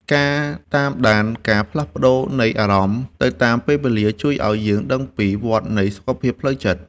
ការតាមដានការផ្លាស់ប្តូរនៃអារម្មណ៍ទៅតាមពេលវេលា ជួយឱ្យយើងដឹងពីវដ្តនៃសុខភាពផ្លូវចិត្ត។